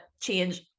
change